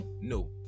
no